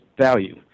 value